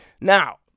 Now